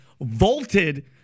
vaulted